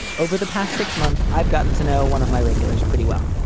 over the past six months, i've gotten to know one of my regulars pretty well.